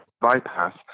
bypass